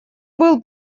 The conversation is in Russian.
был